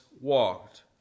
walked